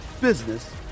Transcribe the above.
business